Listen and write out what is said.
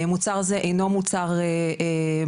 מוצר זה אינו מוצר מועדף,